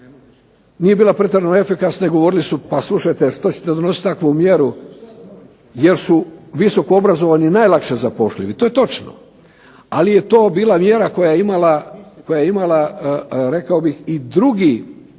nije bila pretjerana efikasna i govorili su slušajte što ćete donositi takvu mjeru jer su visoko obrazovani najlakše zaposlivi. To je točno ali je to bila mjera koja je imala rekao bih i drugih,